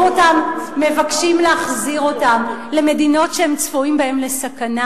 אותם למדינות שבהן הם צפויים לסכנה,